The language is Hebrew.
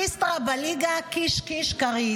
איסתרא בלגינא קיש קיש קריא.